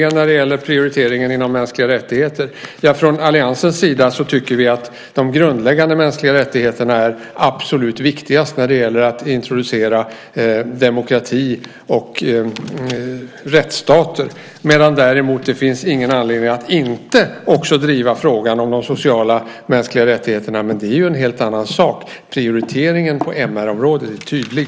När det gäller prioriteringen inom mänskliga rättigheter tycker vi från alliansens sida att de grundläggande mänskliga rättigheterna är absolut viktigast när det gäller att introducera demokrati och rättsstater. Det finns ingen anledning att inte också driva frågan om de sociala mänskliga rättigheterna, men det är ju en helt annan sak. Prioriteringen på MR-området är tydlig.